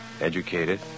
educated